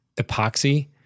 Epoxy